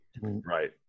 Right